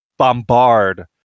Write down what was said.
bombard